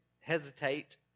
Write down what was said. hesitate